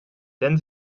denn